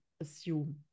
assume